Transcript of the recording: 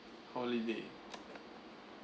holiday